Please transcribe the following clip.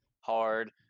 hard